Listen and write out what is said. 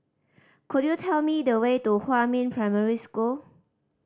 could you tell me the way to Huamin Primary School